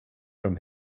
from